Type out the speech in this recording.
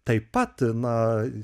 taip pat na